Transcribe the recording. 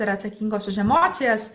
yra atsakingos už emocijas